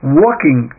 walking